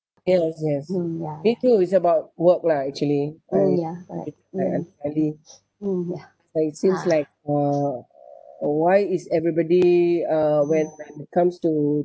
chaos yes they feel it's about work lah I I hardly cause it seems like uh uh why is everybody uh when when it comes to